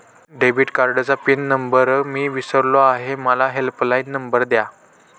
debit कार्डचा pin number मी विसरलो आहे मला हेल्पलाइन नंबर द्या